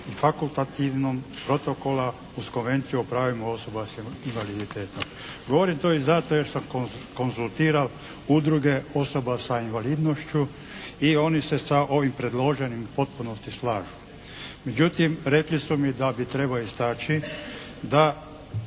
i fakultativnog protokola uz Konvenciju o pravima osoba s invaliditetom. Govorim to i zato jer sam konzultirao udruge osoba sa invalidnošću i oni se sa ovim predloženim u potpunosti slažu. Međutim, rekli su mi da bi trebao istaći da